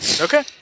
Okay